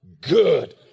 Good